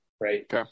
right